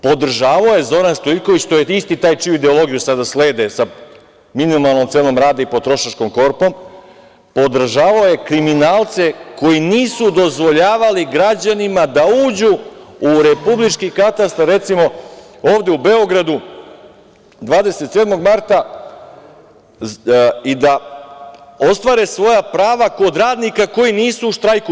Podržavao je Zoran Stojljković, to je isti taj čiju ideologiju sada slede sa minimalnom cenom rada i potrošačkom korpom, podržavao je kriminalce koji nisu dozvoljavali građanima da uđu u Republički katastar recimo ovde u Beogradu, 27. marta, i da ostvare svoja prava kod radnika koji nisu u štrajku.